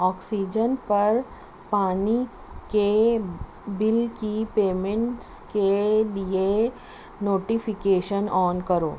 oxygen پر پانی کے بل کی پیمنٹس کے لیے نوٹیفیکیشن آن کرو